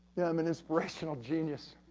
yeah, i'm an inspirational genius.